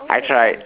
I tried